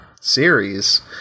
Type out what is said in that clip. series